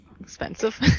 expensive